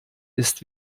ist